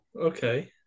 okay